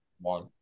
one